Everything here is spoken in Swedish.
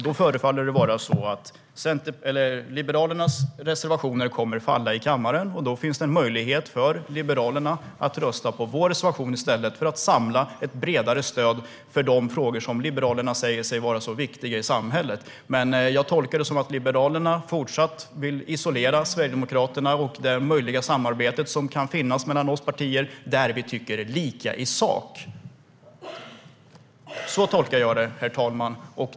Det förefaller vara så att Liberalernas reservationer kommer att falla i kammaren. Då är det möjligt för Liberalerna att rösta på vår reservation i stället för att samla ett bredare stöd för de frågor som Liberalerna säger är så viktiga i samhället. Men jag tolkar det så att Liberalerna vill fortsätta att isolera Sverigedemokraterna och det möjliga samarbete som kan finnas mellan partierna i de frågor där vi tycker lika i sak. Så tolkar jag detta, herr talman.